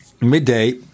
midday